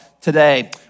today